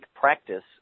practice